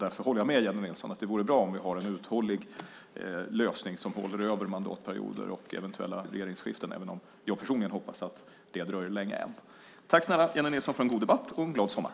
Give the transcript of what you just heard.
Därför håller jag med Jennie Nilsson om att det vore bra att ha en uthållig lösning som håller över mandatperioder och eventuella regeringsskiften, även om jag personligen hoppas att det dröjer länge än. Tack, snälla Jennie Nilsson, för en god debatt, och glad sommar!